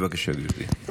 בבקשה, גברתי.